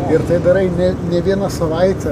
ir tai darai ne ne vieną savaitę